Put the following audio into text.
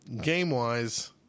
game-wise